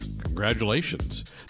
Congratulations